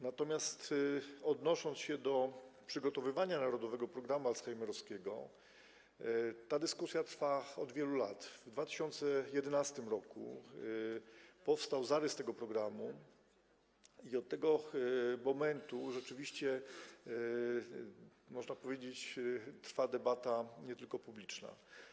Natomiast odnosząc się do przygotowywania „Narodowego planu alzheimerowskiego” - ta dyskusja trwa od wielu lat, w 2011 r. powstał zarys tego programu i od tego momentu rzeczywiście można powiedzieć, że trwa debata, nie tylko publiczna.